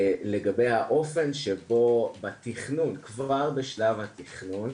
לגבי האופן בתכנון, כבר בשלב התכנון,